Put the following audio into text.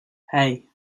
hey